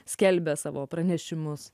skelbia savo pranešimus